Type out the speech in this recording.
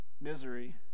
misery